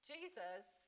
Jesus